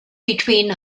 between